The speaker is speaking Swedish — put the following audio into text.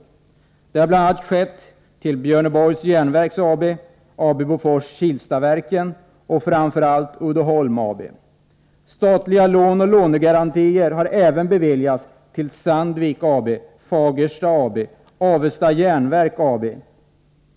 Detta har bl.a. skett till Björneborgs Järnverks AB, AB Bofors Kilstaverken och framför allt Uddeholm AB. Statliga lån och lånegarantier har även beviljats till Sandvik AB, Fagersta AB och Avesta Järnverk AB.